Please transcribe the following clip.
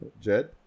Jed